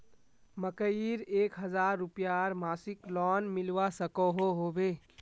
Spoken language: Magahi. मकईर एक हजार रूपयार मासिक लोन मिलवा सकोहो होबे?